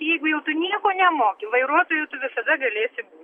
jeigu jau tu nieko nemoki vairuotoju tu visada galėsi būt